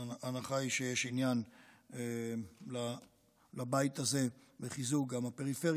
ההנחה היא שיש עניין לבית הזה בחיזוק הפריפריה.